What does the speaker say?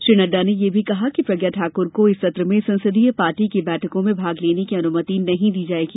श्री नड्डा ने यह भी कहा कि प्रज्ञा ठाकुर को इस सत्र में संसदीय पार्टी की बैठकों में भाग लेने की अनुमति नहीं दी जाएगी